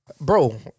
Bro